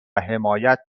حمایت